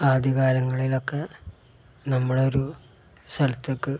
ആദ്യകാലങ്ങളിലൊക്കെ നമ്മള്ളൊരു സ്ഥലത്തേക്ക്